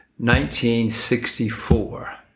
1964